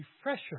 refresher